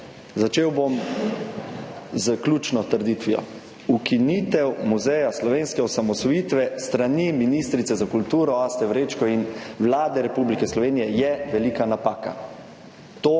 začel bom s ključno trditvijo: ukinitev Muzeja slovenske osamosvojitve s strani ministrice za kulturo Aste Vrečko in Vlade Republike Slovenije je velika napaka.